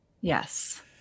yes